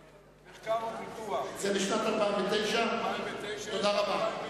2009. יש ב-2010,